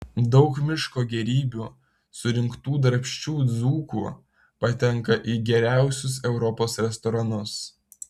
daug miško gėrybių surinktų darbščių dzūkų patenka į geriausius europos restoranus